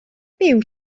byw